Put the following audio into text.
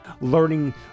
learning